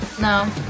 no